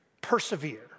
Persevere